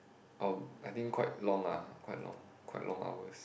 oh I think quite long ah quite long quite long hours